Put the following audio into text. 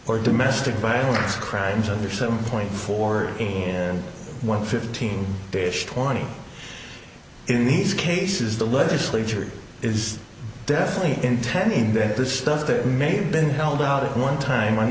four domestic violence crimes under seven point four in one fifteen twenty in these cases the legislature is definitely intending that this stuff there may have been held out at one time